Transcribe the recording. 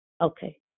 Okay